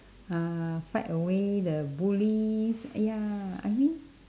uh fight away the bullies ya I mean